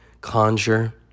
conjure